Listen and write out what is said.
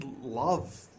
love